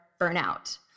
burnout